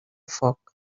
foc